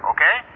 Okay